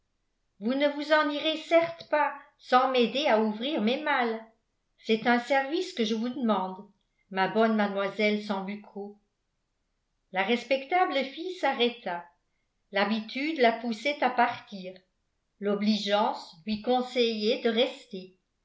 vous ne vous en irez certes pas sans m'aider à ouvrir mes malles c'est un service que je vous demande ma bonne mademoiselle sambucco la respectable fille s'arrêta l'habitude la poussait à partir l'obligeance lui conseillait de rester